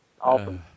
Awesome